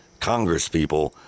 congresspeople